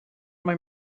mai